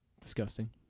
disgusting